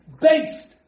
based